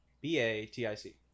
B-A-T-I-C